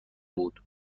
بود